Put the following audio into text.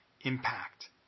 impact